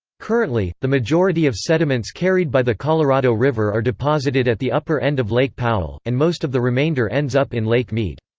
currently, the majority of sediments carried by the colorado river are deposited at the upper end of lake powell, and most of the remainder ends up in lake mead.